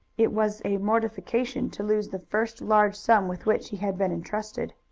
it was a mortification to lose the first large sum with which he had been intrusted.